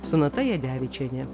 sonata jadevičienė